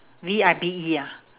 V I B E ah